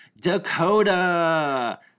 dakota